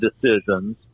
decisions